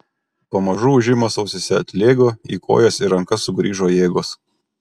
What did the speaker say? pamažu ūžimas ausyse atlėgo į kojas ir rankas sugrįžo jėgos